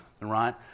right